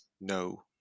no